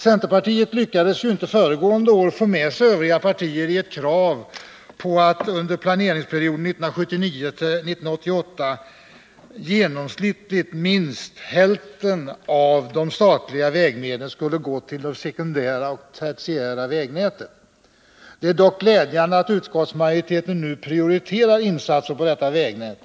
Centerpartiet lyckades ju inte föregående år få med sig övriga partier i ett krav på att under planeringstiden 1979-1988 genomsnittligt minst hälften av de statliga vägmedlen skulle gå till de sekundära och tertiära vägnäten. Det är dock glädjande att utskottsmajoriteten nu prioriterar insatser på detta vägnät.